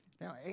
Now